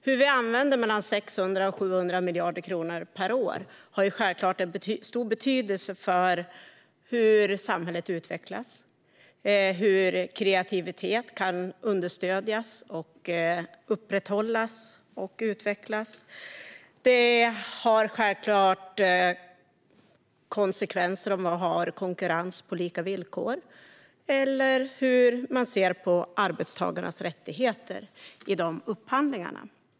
Hur vi använder mellan 600 och 700 miljarder kronor per år har självklart stor betydelse för hur samhället utvecklas och hur kreativitet kan understödjas, upprätthållas och utvecklas. Det har självklart konsekvenser om man har konkurrens på lika villkor och hur man ser på arbetstagarnas rättigheter i dessa upphandlingar.